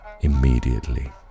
immediately